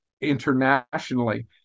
internationally